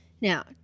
Now